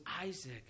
Isaac